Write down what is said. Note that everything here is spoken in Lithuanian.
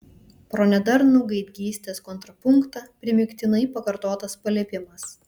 pro nedarnų gaidgystės kontrapunktą primygtinai pakartotas paliepimas